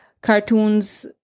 Cartoons